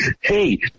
Hey